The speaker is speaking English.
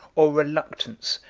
or reluctance,